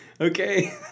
Okay